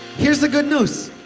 here's the good news.